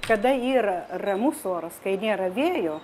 kada yra ramus oras kai nėra vėjo